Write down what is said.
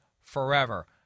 forever